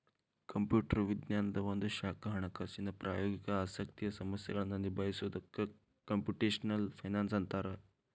computer ವಿಜ್ಞಾನದ್ ಒಂದ ಶಾಖಾ ಹಣಕಾಸಿನ್ ಪ್ರಾಯೋಗಿಕ ಆಸಕ್ತಿಯ ಸಮಸ್ಯೆಗಳನ್ನ ನಿಭಾಯಿಸೊದಕ್ಕ ಕ್ಂಪುಟೆಷ್ನಲ್ ಫೈನಾನ್ಸ್ ಅಂತ್ತಾರ